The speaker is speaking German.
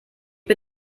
mir